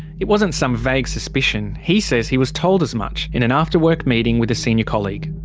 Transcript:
it wasn't some vague suspicion, he says he was told as much, in an after work meeting with a senior colleague.